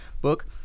book